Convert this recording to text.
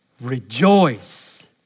rejoice